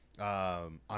On